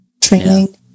training